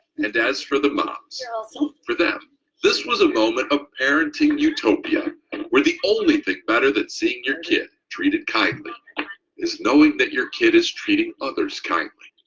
and as for the moms so so for them this was a moment of parenting utopia and where the only thing better than seeing your kid treated kindly is knowing that your kid is treating others kindly,